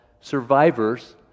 survivors